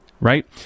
Right